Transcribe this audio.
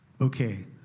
Okay